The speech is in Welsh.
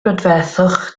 brydferthwch